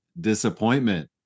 disappointment